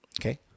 Okay